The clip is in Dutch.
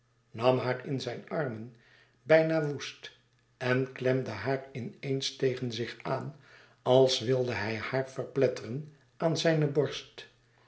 nam haar in zijn armen bijna woest en klemde haar in eens tegen zich aan als wilde hij haar verpletteren aan zijne borst